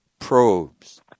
Probes